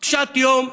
קשת יום,